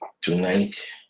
Tonight